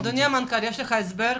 אדוני המנכ"ל יש לך הסבר?